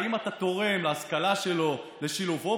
אתה צועק לי "קטן" זה לא משכנע אותי, זה לא עובד.